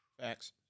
Facts